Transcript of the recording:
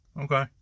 Okay